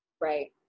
Right